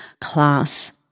class